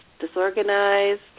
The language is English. disorganized